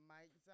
Mike